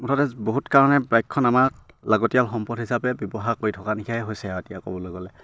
মুঠতে বহুত কাৰণে বাইকখন আমাক লাগতীয়াল সম্পদ হিচাপে ব্যৱহাৰ কৰি থকা লেখিয়াই হৈছে আৰু এতিয়া ক'বলৈ গ'লে